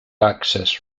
access